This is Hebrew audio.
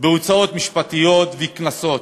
בהוצאות משפטיות וקנסות?